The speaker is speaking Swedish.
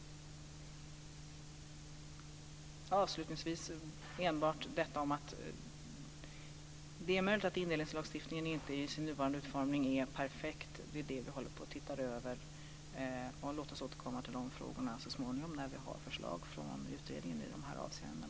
Avslutningsvis vill jag säga att det är möjligt att indelningslagstiftningen inte är perfekt i sin nuvarande utformning. Det håller vi på att titta över. Låt oss återkomma till de frågorna så småningom när vi har förslag från utredningen i dessa avseenden.